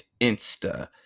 insta